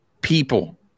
people